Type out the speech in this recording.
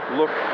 look